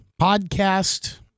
podcast